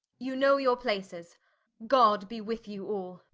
you know your places god be with you all.